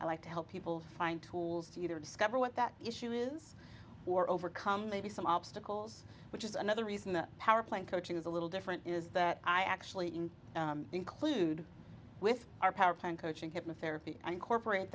i like to help people find tools to either discover what that issue is or overcome maybe some obstacles which is another reason the powerplant coaching is a little different is that i actually in include with our powerplant coaching hypnotherapy incorporate